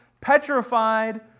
petrified